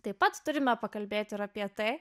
taip pat turime pakalbėti ir apie tai